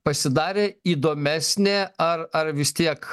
pasidarė įdomesnė ar ar vis tiek